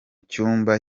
cyumba